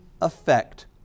effect